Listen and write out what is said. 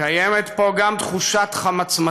קיימת פה גם תחושת חמצמצות